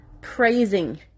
praising